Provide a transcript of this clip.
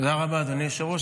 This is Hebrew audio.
תודה רבה, אדוני היושב-ראש.